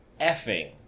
effing